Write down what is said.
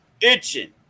itching